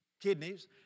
kidneys